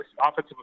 offensive